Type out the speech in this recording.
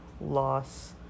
loss